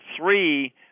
three